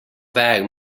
väg